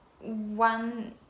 one